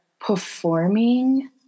performing